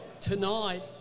Tonight